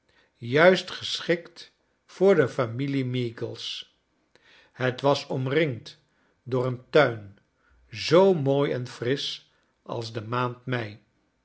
juist geschikt voor de fauiilie meagles het was omringd door een tuin zoo mooi en frisch als de maand mei